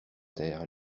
terre